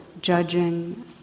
judging